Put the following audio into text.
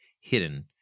hidden